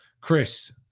Chris